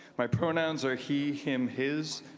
my pronouns are he him his.